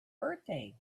birthday